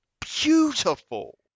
beautiful